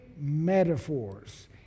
metaphors